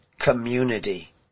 community